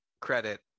credit